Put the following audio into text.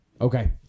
Okay